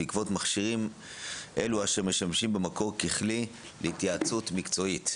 בעקבות מכשירים אלו אשר משמשים במקור ככלי להתייעצות מקצועית.